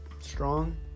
strong